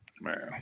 man